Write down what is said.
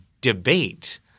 debate